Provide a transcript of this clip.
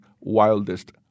wildest